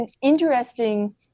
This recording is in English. interesting